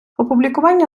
опублікування